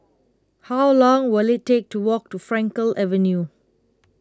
how long will it take to walk to Frankel Avenue